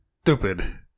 stupid